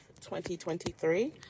2023